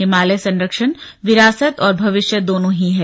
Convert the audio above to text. हिमालय संरक्षण विरासत और भविष्य दोनों ही है